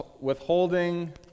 withholding